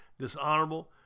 dishonorable